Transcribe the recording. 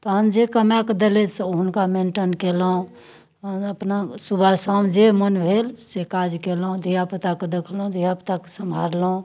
तहन जे कमाकऽ देलथि से हुनका मेंटन कयलहुँ आओर अपना सुबह शाम जे मन भेल से काज कयलहुँ धियापुताके देखलहुँ धियापुताके सम्हारलहुँ